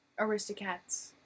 Aristocats